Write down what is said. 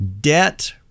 Debt